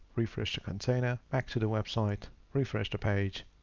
refresh the container back to the website, refresh the page.